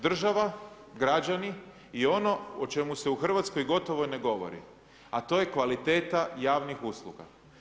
Država, građani i ono o čemu se u Hrvatskoj gotovo ne govori a to je kvaliteta javnih usluga.